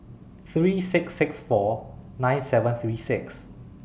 three six six four nine seven three six